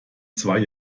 zwei